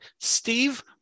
Steve